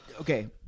okay